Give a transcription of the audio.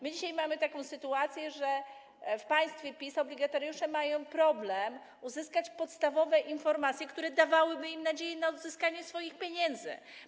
My dzisiaj mamy taką sytuację, że w państwie PiS obligatariusze mają problem uzyskać podstawowe informacje, które dawałyby im nadzieję na odzyskanie swoich pieniędzy.